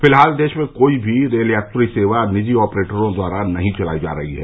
फिलहाल देश में कोई भी रेल यात्री सेवा निजी ऑपरेटरों द्वारा नहीं चलाई जा रही है